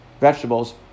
vegetables